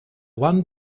one